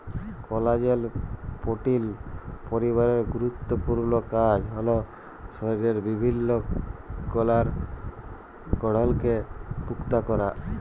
কলাজেল পোটিল পরিবারের গুরুত্তপুর্ল কাজ হ্যল শরীরের বিভিল্ল্য কলার গঢ়লকে পুক্তা ক্যরা